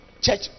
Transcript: Church